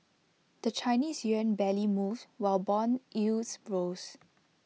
the Chinese Yuan barely moved while Bond yields rose